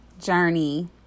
journey